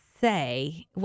say